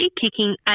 kicking